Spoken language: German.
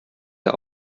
der